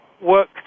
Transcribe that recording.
work